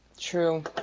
True